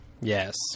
Yes